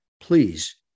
Please